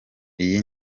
iyi